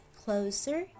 closer